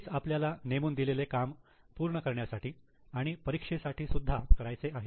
हेच आपल्याला नेमून दिलेले काम पूर्ण करण्यासाठी आणि परीक्षेसाठी सुद्धा करायचे आहे